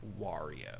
Wario